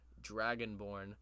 Dragonborn